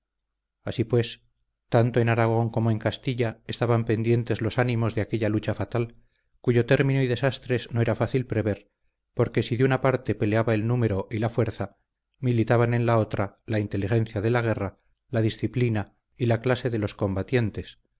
así pues tanto en aragón como en castilla estaban pendientes los ánimos de aquella lucha fatal cuyo término y desastres no era fácil prever porque si de una parte peleaba el número y la fuerza militaban en la otra la inteligencia de la guerra la disciplina y la clase de los combatientes